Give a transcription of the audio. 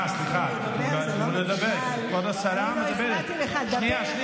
אבל את גזענית, חשוכה ומשרתת סקטור אחד בלבד.